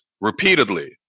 repeatedly